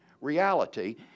reality